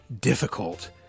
difficult